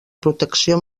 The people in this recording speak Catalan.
protecció